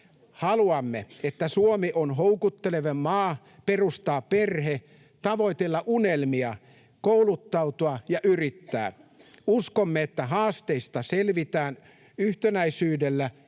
Haluamme, että Suomi on houkutteleva maa perustaa perhe, tavoitella unelmia, kouluttautua ja yrittää. Uskomme, että haasteista selvitään yhtenäisyydellä